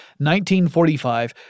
1945